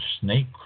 snake